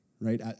right